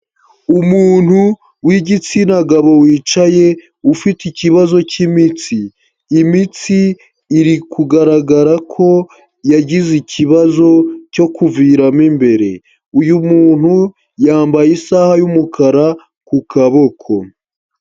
Umuntu w'igitsina gabo wicaye, ufite ikibazo cy'imitsi. Imitsi iri kugaragara ko yagize ikibazo cyo kuviramo imbere. Uyu muntu yambaye isaha y'umukara ku kaboko.